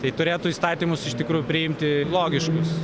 tai turėtų įstatymus iš tikrųjų priimti logiškus